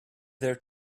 their